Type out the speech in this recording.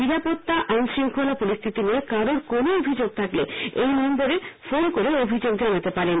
নিরাপত্তা আইন শৃঙ্খলা পরিস্থিতি নিয়ে কারোর কোনও অভিযোগ থাকলে এই নশ্বরে ফোন করে অভিযোগ জানাতে পারেন